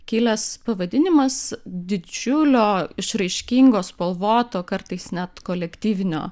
kilęs pavadinimas didžiulio išraiškingo spalvoto kartais net kolektyvinio